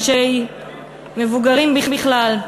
מבוגרים בכלל.